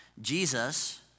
Jesus